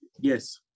Yes